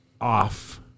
off